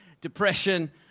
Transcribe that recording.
depression